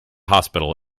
hospital